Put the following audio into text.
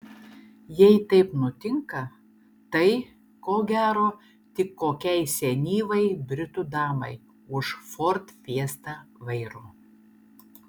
jei taip nutinka tai ko gero tik kokiai senyvai britų damai už ford fiesta vairo